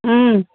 ও